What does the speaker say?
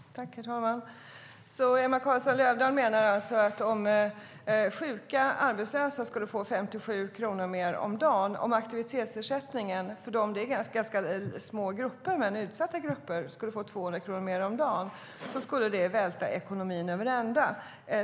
Herr talman! Emma Carlsson Löfdahl menar alltså att om sjuka och arbetslösa fick 57 kronor mer om dagen och om aktivitetsersättningen för de ganska små men utsatta grupperna blev 200 kronor mer om dagen skulle det välta ekonomin över ända.